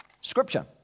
Scripture